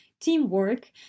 teamwork